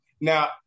Now